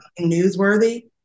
Newsworthy